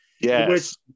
Yes